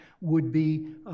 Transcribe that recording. would-be